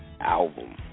album